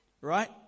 right